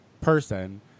person